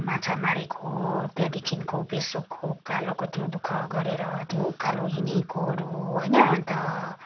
माछा मारेको त्यहाँदेखिको पेशोकको उकालो दु ख गरेर त्यो उकालो हिँडेको अन्त